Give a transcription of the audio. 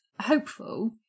hopeful